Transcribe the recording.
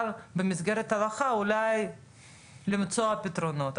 שבמסגרת ההלכה אולי למצוא פתרונות.